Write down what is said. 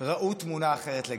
ראו תמונה אחרת לגמרי.